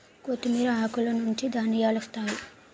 కొత్తిమీర ఆకులనుంచి ధనియాలొత్తాయి